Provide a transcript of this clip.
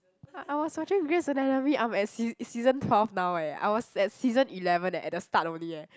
I I was watching Grey's Anatomy I'm at sea season twelve now eh I was at season eleven eh at the start only eh